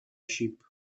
sheep